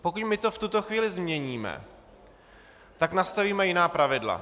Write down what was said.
Pokud to v tuto chvíli změníme, tak nastavíme jiná pravidla.